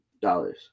dollars